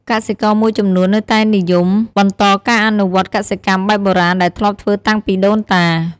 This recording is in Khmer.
កសិករមួយចំនួននៅតែនិយមបន្តការអនុវត្តកសិកម្មបែបបុរាណដែលធ្លាប់ធ្វើតាំងពីដូនតា។